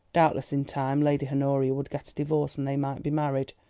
doubtless in time lady honoria would get a divorce, and they might be married.